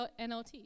NLT